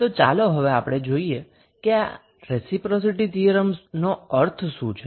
તો ચાલો હવે આપણે જોઈએ કે આ રેસિપ્રોસિટી થીયરમનો અર્થ શું છે